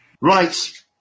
right